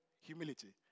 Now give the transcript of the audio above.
humility